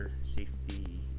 safety